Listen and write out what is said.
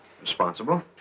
Responsible